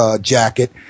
jacket